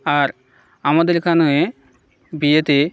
আর আমাদের এখানে বিয়েতে